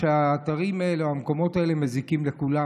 שהאתרים האלה או המקומות האלה מזיקים לכולם,